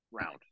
round